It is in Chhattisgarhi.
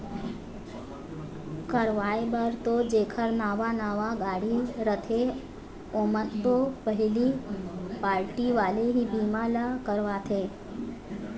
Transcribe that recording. करवाय बर तो जेखर नवा नवा गाड़ी रथे ओमन तो पहिली पारटी वाले ही बीमा ल करवाथे